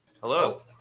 Hello